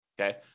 Okay